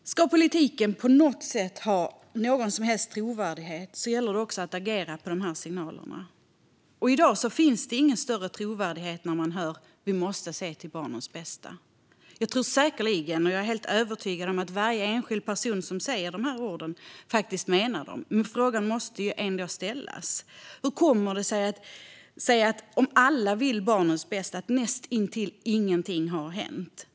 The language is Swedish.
Om politiken ska ha någon som helst trovärdighet gäller det att också agera på signalerna. Det finns i dag ingen större trovärdighet när någon säger: Vi måste se till barnens bästa. Jag är övertygad om att varje enskild person som säger de orden menar dem. Men frågan måste ändå ställas: Om alla vill barnens bästa, hur kommer det sig då att näst intill ingenting har hänt?